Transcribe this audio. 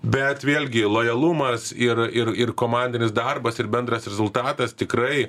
bet vėlgi lojalumas ir ir ir komandinis darbas ir bendras rezultatas tikrai